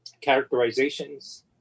characterizations